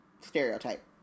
stereotype